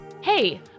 Hey